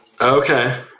Okay